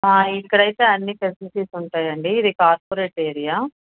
ఇక్కడ అయితే అన్ని ఫెసిలిటీస్ ఉంటాయండి ఇది కార్పొరేట్ ఏరియా